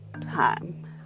time